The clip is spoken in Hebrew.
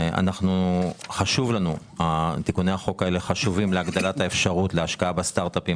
הם חשובים להגדלת האפשרות להשקעה בסטארט אפים